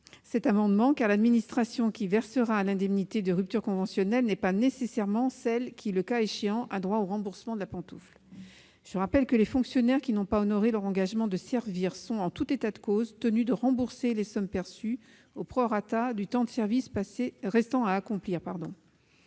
ce dernier, car l'administration qui versera l'indemnité de rupture conventionnelle n'est pas nécessairement celle qui, le cas échéant, aura droit au remboursement de la pantoufle. Je rappelle que les fonctionnaires qui n'ont pas honoré leur engagement de servir sont, en tout état de cause, tenus de rembourser les sommes perçues, au prorata du temps de service restant à accomplir.